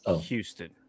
Houston